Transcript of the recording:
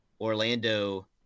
Orlando